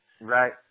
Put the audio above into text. Right